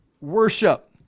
worship